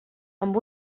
amb